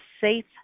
safe